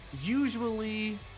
Usually